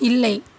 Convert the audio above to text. இல்லை